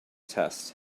test